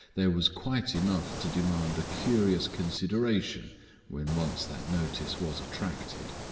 there was quite enough to demand a curious consideration when once that notice was attracted.